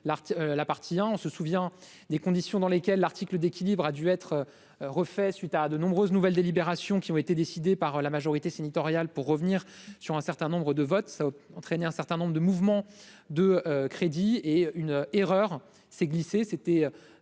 on se souvient des conditions dans lesquelles l'article d'équilibre, a dû être refait, suite à de nombreuses nouvelles délibérations qui ont été décidées par la majorité sénatoriale pour revenir sur un certain nombre de votes ça entraîné un certain nombre de mouvements de crédit et une erreur s'est glissée